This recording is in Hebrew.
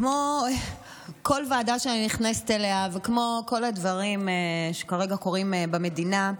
כמו כל ועדה שאני נכנסת אליה וכמו כל הדברים שקורים כרגע במדינה,